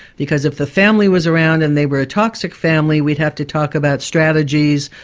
because if the family was around and they were a toxic family, we'd have to talk about strategies,